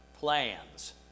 Plans